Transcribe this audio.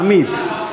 תמיד.